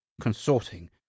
consorting